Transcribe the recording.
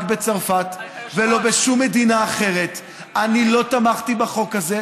בצרפת ולא בשום מדינה אחרת אני לא תמכתי בחוק הזה,